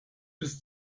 bis